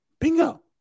Bingo